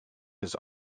his